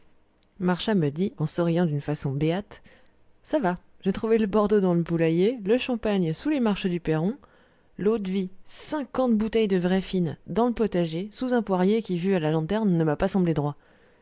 marchas me dit en souriant d'une façon béate ça va j'ai trouvé le bordeaux dans le poulailler le champagne sous les marches du perron l'eau-de-vie cinquante bouteilles de vraie fine dans le potager sous un poirier qui vu à la lanterne ne m'a pas semblé droit